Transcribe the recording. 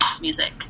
music